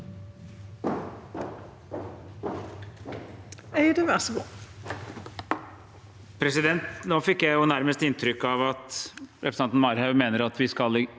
Nå fikk jeg nærmest inntrykk av at representanten Marhaug mener at vi ikke